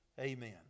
Amen